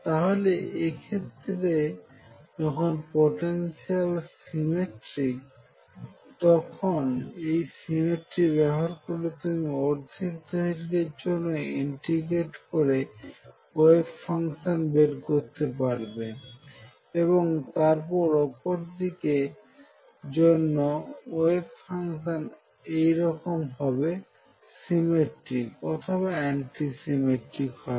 তাহলে এক্ষেত্রে যখন পোটেনশিয়াল সিমেট্রিক তখন এই সিমেট্রি ব্যবহার করে তুমি অর্ধেক দৈর্ঘ্যর জন্য ইন্টিগ্রেটে করে ওয়েভ ফাংশন বের করতে পারবে এবং তারপর অপরদিকে জন্য ওয়েভ ফাংশন একই রকম হবে সিমেট্রিক অথবা অ্যান্টিসিমেট্রিক হবে